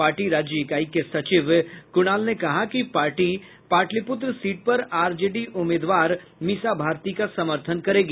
party राज्य इकाई के सचिव कुणाल ने कहा कि पार्टी पाटलीपुत्र सीट पर आजेडी उम्मीदवार मिसा भारती का समर्थन करेगी